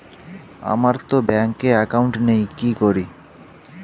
আমারতো ব্যাংকে একাউন্ট নেই কি করি?